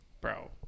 Bro